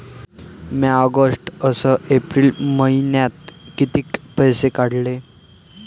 म्या ऑगस्ट अस एप्रिल मइन्यात कितीक पैसे काढले?